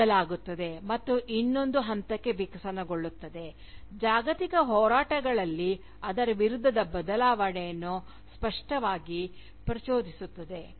ಅದು ಬದಲಾಗುತ್ತದೆ ಮತ್ತು ಇನ್ನೊಂದು ಹಂತಕ್ಕೆ ವಿಕಸನಗೊಳ್ಳುತ್ತದೆ ಜಾಗತಿಕ ಹೋರಾಟಗಳಲ್ಲಿ ಅದರ ವಿರುದ್ಧದ ಬದಲಾವಣೆಯನ್ನು ಸ್ಪಷ್ಟವಾಗಿ ಪ್ರಚೋದಿಸುತ್ತದೆ